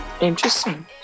interesting